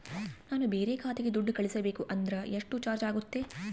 ನಾನು ಬೇರೆ ಖಾತೆಗೆ ದುಡ್ಡು ಕಳಿಸಬೇಕು ಅಂದ್ರ ಎಷ್ಟು ಚಾರ್ಜ್ ಆಗುತ್ತೆ?